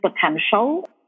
potential